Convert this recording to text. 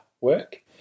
work